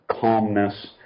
calmness